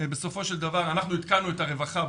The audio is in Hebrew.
בסופו של דבר אנחנו עדכנו את הרווחה.